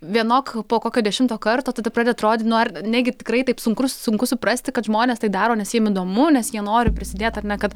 vienok po kokio dešimto karto tada pradeda atrodyti nu ar negi tikrai taip sunku sunku suprasti kad žmonės tai daro nes jiem įdomu nes jie nori prisidėti ar ne kad